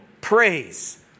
Praise